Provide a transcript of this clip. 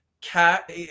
cat